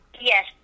Yes